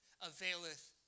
availeth